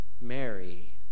Mary